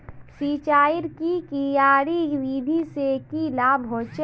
सिंचाईर की क्यारी विधि से की लाभ होचे?